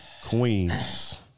queens